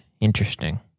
Interesting